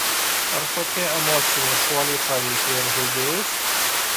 ar tokie emociniai šuoliai paveikia ir žaidėjus